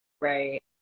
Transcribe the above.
right